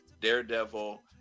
daredevil